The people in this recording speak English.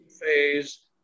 phase